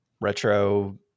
retro